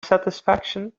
satisfaction